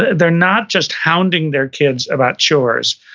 they're not just hounding their kids about chores,